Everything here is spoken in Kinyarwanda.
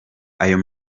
ayo